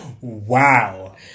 Wow